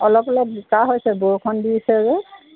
অলপ অলপ বোকা হৈছে বৰষুণ দিছে যে